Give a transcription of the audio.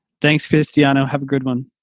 thanks cristiano have a good one.